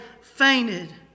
fainted